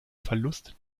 verlust